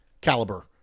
caliber